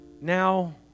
now